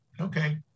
okay